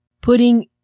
putting